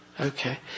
Okay